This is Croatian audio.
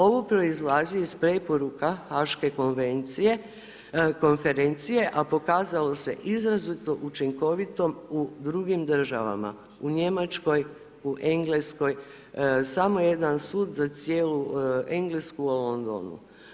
Ovo proizlazi iz preporuku HAG-ke konferencije, a pokazalo se izrazito učinkovito u drugim državama u Njemačkoj, Engleskoj, samo jedan sud za cijelu Englesku u Londonu.